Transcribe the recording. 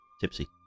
tipsy